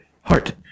heart